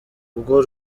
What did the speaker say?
ubwo